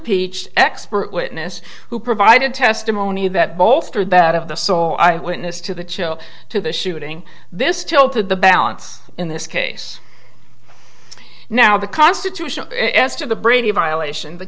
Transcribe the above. peached expert witness who provided testimony that bolstered that of the soul eyewitness to the chill to the shooting this tilted the balance in this case now the constitutional este of the brady violation the